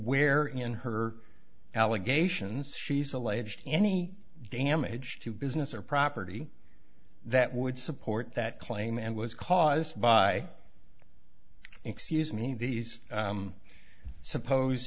where in her allegations she's alleged any damage to business or property that would support that claim and was caused by excuse me these